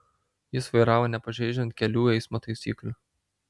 jis vairavo nepažeidžiant kelių eismo taisyklių